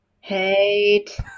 Hate